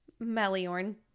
Meliorn